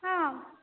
हा